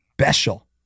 special